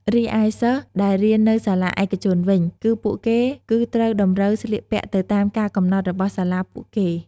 រីឯសិស្សដែលរៀននៅសាលាឯកជនវិញ គឺពួកគេគឺត្រូវតម្រូវស្លៀកពាក់ទៅតាមការកំណត់របស់សាលាពួកគេ។